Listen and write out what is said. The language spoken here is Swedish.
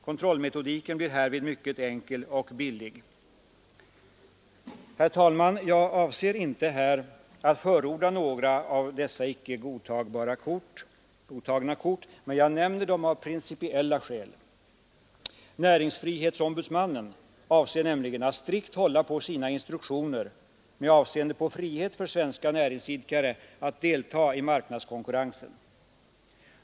Kontrollmetodiken blir härvid mycket enkel och billig. Herr talman! Jag avser inte här att förorda några av dessa icke godtagna kort, men jag nämner dem av principiella skäl. Näringsfrihetsombudsmannen avser nämligen att strikt hålla på sina instruktioner med avseende på frihet för svenska näringsidkare att delta i marknadskonkurrensen.